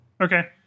Okay